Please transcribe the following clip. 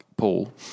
Paul